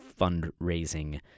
fundraising